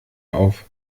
auf